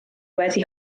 wedi